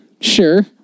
Sure